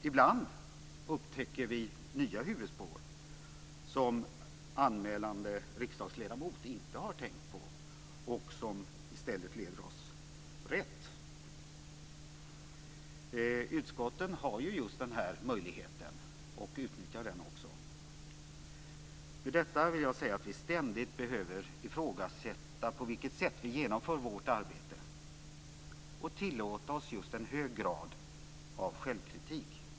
Ibland upptäcker vi nya huvudspår, som anmälande riksdagsledamot inte har tänkt på och som i stället leder oss rätt. Utskotten har möjligheter i detta avseende och utnyttjar dem också. Med detta vill jag säga att vi ständigt behöver ställa under debatt det sätt på vilket vi genomför vårt arbete och ska tillåta oss en hög grad av självkritik.